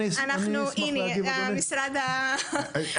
אני פשוט